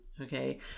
Okay